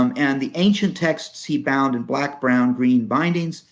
um and the ancient texts he bound in black, brown, green bindings,